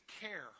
care